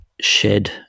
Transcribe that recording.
shed